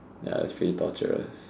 ya it's pretty torturous